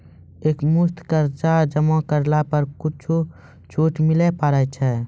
एक मुस्त कर्जा जमा करला पर कुछ छुट मिले पारे छै?